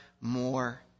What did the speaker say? more